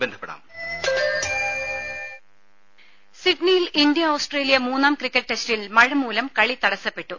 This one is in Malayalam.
രും സിഡ്നിയിൽ ഇന്ത്യ ഓസ്ട്രേലിയ മൂന്നാം ക്രിക്കറ്റ് ടെസ്റ്റിൽ മഴമൂലം കളി തടസ്സപ്പെട്ടു